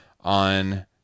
on